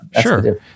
sure